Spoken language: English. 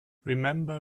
remember